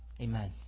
Amen